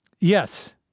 yes